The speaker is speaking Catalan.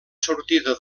sortida